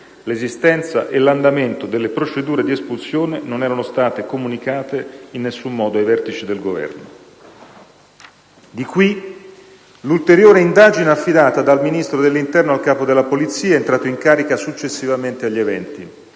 l'esistenza e l'andamento delle procedure di espulsione non erano stati comunicati in nessun modo ai vertici del Governo. Di qui l'ulteriore indagine affidata dal Ministro dell'interno al Capo della Polizia, entrato in carica successivamente agli eventi,